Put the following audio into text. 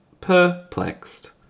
perplexed